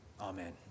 Amen